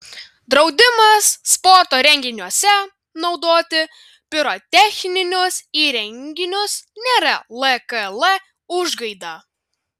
draudimas sporto renginiuose naudoti pirotechninius įrenginius nėra lkl užgaida